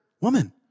Woman